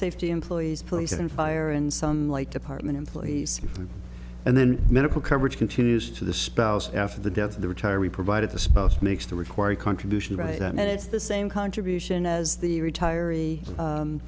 safety employees police and fire and sunlight department employees and then medical coverage continues to the spouse after the death of the retiree provided the spouse makes the required contribution right and it's the same contribution as the retiree